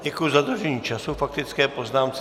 Děkuji za dodržení času k faktické poznámce.